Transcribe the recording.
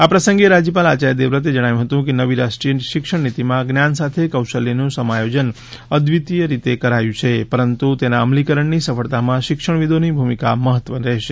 આ પ્રસંગે રાજયપાલ આચાર્ય દેવ વ્રતએ જણાવ્યું હતું કે નવી રાષ્ટ્રીય શિક્ષણ નીતિમાં જ્ઞાન સાથે કૌશલ્યનું સમાયોજન અદ્વત રીતે કરાયુ છે પરંતુ તેના અમલીકરણની સફળતામાં શિક્ષણવિદોની ભૂમિકા મહત્ત્વ રહેશે